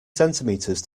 centimeters